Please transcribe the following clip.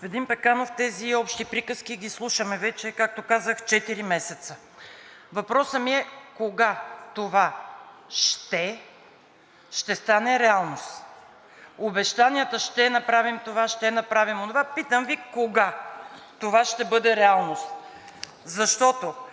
Господин Пеканов, тези общи приказки ги слушаме вече, както казах, четири месеца. Въпросът ми е кога това ще стане реалност? Обещанията ще направим това, ще направим онова… Питам Ви кога това ще бъде реалност? Защото